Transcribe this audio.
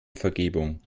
vergebung